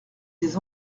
des